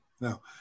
Now